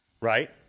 right